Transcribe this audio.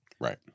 Right